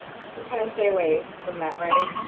kind of stay away from that, right?